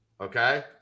Okay